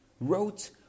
wrote